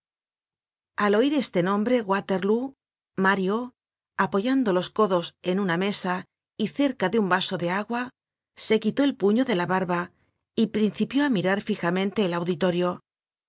ai oir este nombre waterlóo mario apoyando los codos en una mesa y cerca de un vaso de agua se quitó el puño de la barba y principió á mirar fijamente al auditorio